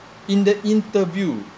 in the interview